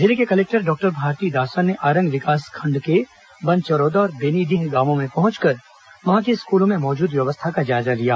जिले के collector doctor Bharathidasan ने आरंग विकासखंड के बनचरौदा और बेनीडीह गांवों में पहंचकर वहां के स्कूलों में मौजूद व्यवस्था का जायजा लिया